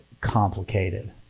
complicated